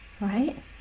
Right